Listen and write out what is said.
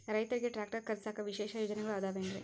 ರೈತರಿಗೆ ಟ್ರ್ಯಾಕ್ಟರ್ ಖರೇದಿಸಾಕ ವಿಶೇಷ ಯೋಜನೆಗಳು ಅದಾವೇನ್ರಿ?